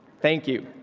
thank you